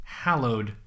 hallowed